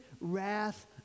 wrath